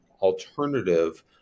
alternative